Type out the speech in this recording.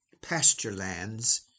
PastureLands